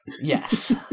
Yes